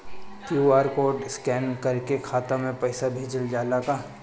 QR code scan करके खाता में पैसा भेजल जाला का?